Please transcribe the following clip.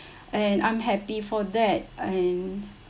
and I'm happy for that and